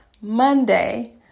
Monday